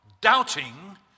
doubting